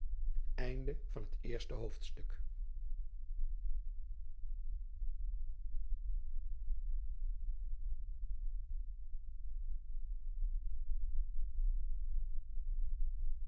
bij het eerste